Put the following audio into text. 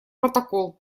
протокол